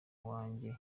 wanjye